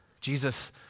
Jesus